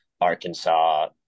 Arkansas